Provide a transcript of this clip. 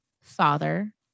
father